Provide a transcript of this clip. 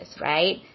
right